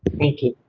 thank you.